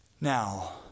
Now